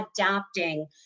adapting